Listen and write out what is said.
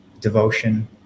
devotion